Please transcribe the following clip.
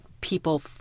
people